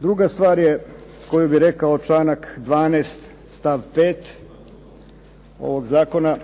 Druga stvar je koju bih rekao članak 12. stav 5. ovog zakona